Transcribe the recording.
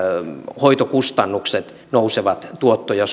hoitokustannukset nousevat tuottoja